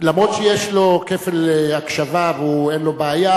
אף שיש לו כפל הקשבה ואין לו בעיה,